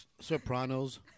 Sopranos